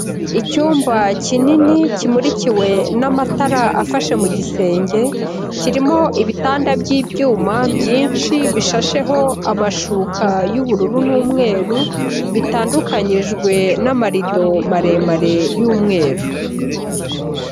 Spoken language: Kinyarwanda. Icyumba kinini, kimurikiwe n'amatara afashe mu gisenge, kirimo ibitanda by'ibyuma byinshi bishasheho amashuka y'ubururu n'umweru, bitandukanyijwe n'amarido maremare y'umweru.